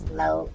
low